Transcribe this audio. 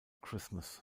christmas